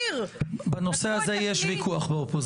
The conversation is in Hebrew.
--- בנושא הזה יש ויכוח באופוזיציה.